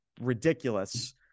ridiculous